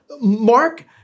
Mark